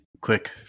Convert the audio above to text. click